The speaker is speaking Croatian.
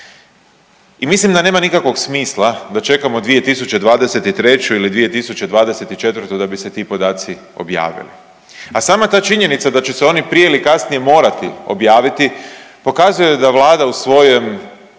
I mislim da nema nikakvog smisla da čekamo 2023. ili 2024. da bi se ti podaci objavili. A sama ta činjenica da će se oni prije ili kasnije morati objaviti pokazuje da Vlada u svojem